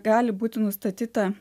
gali būti nustatyta